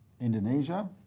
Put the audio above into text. Indonesia